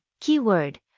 Keyword